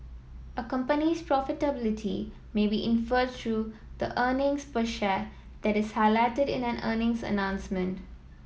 a company's profitability may be inferred through the earnings per share that is highlighted in an earnings announcement